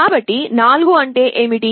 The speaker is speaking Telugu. కాబట్టి 4 అంటే ఏమిటి